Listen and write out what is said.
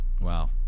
Wow